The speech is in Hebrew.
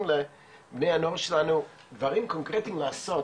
לבני הנוער שלנו דברים קונקרטיים לעשות.